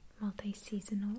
multi-seasonal